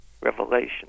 revelation